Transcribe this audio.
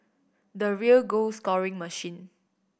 the real goal scoring machine